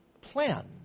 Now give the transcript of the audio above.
plan